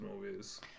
movies